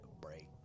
break